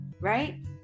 right